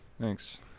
Thanks